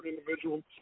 individual